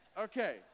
Okay